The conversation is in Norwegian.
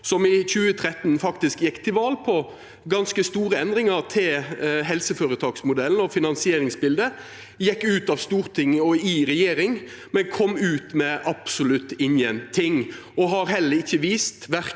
som i 2013 faktisk gjekk til val på ganske store endringar i helseføretaksmodellen og finansieringsbildet, og som gjekk ut av Stortinget og inn i regjering, men kom ut med absolutt ingenting. Dei har heller ikkje vist,